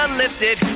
lifted